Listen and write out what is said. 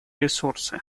ресурсы